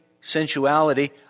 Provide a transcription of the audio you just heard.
sensuality